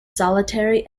solitary